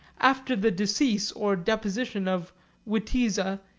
after the decease or deposition of witiza,